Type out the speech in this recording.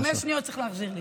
חמש שניות צריך להחזיר לי.